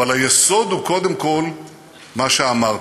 אבל היסוד הוא קודם כול מה שאמרתי.